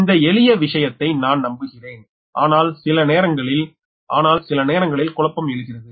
இந்த எளிய விஷயத்தை நான் நம்புகிறேன் ஆனால் சில நேரங்களில் ஆனால் சில நேரங்களில் குழப்பம் எழுகிறது